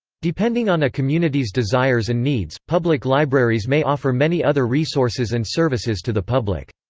depending on a community's desires and needs, public libraries may offer many other resources and services to the public.